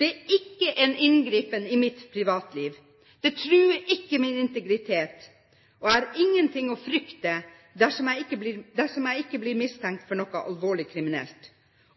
Det er ikke en inngripen i mitt privatliv, det truer ikke min integritet, og jeg har ingenting å frykte dersom jeg ikke blir mistenkt for noe alvorlig kriminelt,